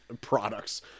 Products